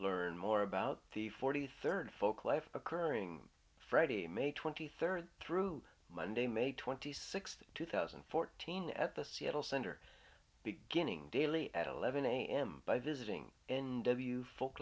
learn more about the forty third folk life occurring friday may twenty third through monday may twenty sixth two thousand and fourteen at the seattle center beginning daily at eleven am by visiting n w folk